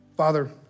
Father